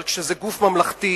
אבל כשזה גוף ממלכתי,